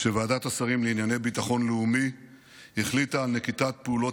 שוועדת השרים לענייני ביטחון לאומי החליטה על נקיטת פעולות